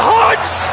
Hearts